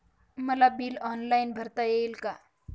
मला bill online भरता येईल का?